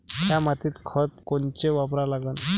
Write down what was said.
थ्या मातीत खतं कोनचे वापरा लागन?